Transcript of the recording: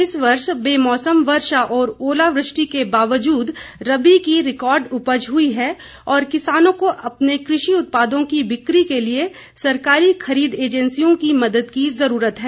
इस वर्ष बेमौसम वर्षा और ओलावृष्टि के बावजूद रबी की रिकॉर्ड उपज हुई है और किसानों को अपने कृषि उत्पादों की बिकी के लिए सरकारी खरीद एजेंसियों की मदद की जरूरत है